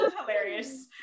Hilarious